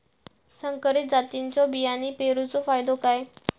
संकरित जातींच्यो बियाणी पेरूचो फायदो काय?